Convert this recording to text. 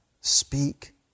speak